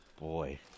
Boy